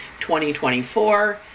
2024